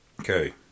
Okay